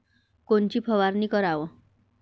कोनची फवारणी कराव?